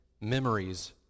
memories